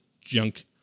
junk